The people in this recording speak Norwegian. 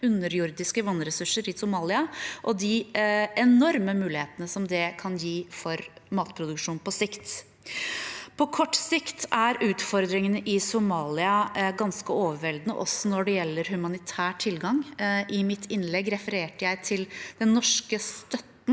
underjordiske vannressurser – i Somalia og de enorme mulighetene det kan gi for matproduksjon på sikt. På kort sikt er utfordringene i Somalia ganske overveldende også når det gjelder humanitær tilgang. I mitt innlegg refererte jeg til den norske støtten,